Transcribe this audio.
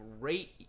great